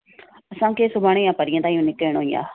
असांखे सुभाणे या परींहं ताईं त निकिरणो ई आहे